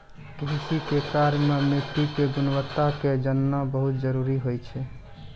कृषि के कार्य मॅ मिट्टी के गुणवत्ता क जानना बहुत जरूरी होय छै